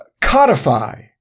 codify